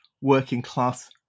working-class